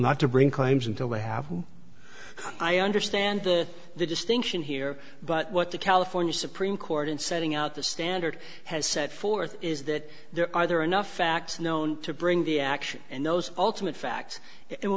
not to bring claims until they have i understand the distinction here but what the california supreme court in setting out the standard has set forth is that there are there are enough facts known to bring the action and those ultimate facts and when